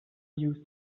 use